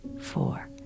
four